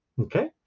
okay